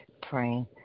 praying